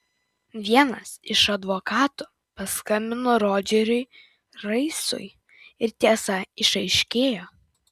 vienas iš advokatų paskambino rodžeriui raisui ir tiesa išaiškėjo